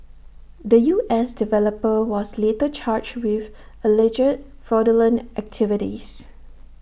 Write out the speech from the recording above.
the U S developer was later charged with alleged fraudulent activities